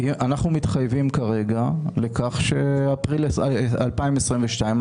אנחנו מתחייבים כרגע לכך שאפריל 2022,